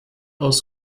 aus